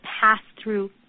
pass-through